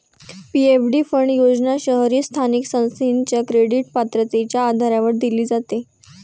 PFD fund योजना शहरी स्थानिक संस्थेच्या क्रेडिट पात्रतेच्या आधारावर दिली जाते